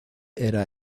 era